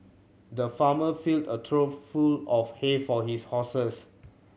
the farmer filled a trough full of hay for his horses